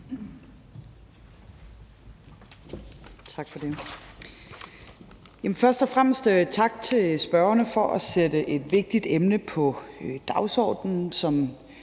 Tak for det. Først og fremmest tak til spørgerne for at sætte et vigtigt emne på dagsordenen. Som